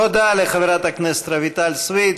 תודה לחבר הכנסת רויטל סויד.